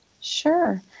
Sure